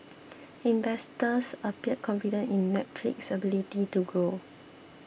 investors appear confident in Netflix's ability to grow